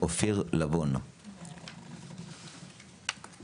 הוא מדבר על פסקה (8):